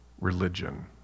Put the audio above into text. religion